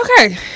Okay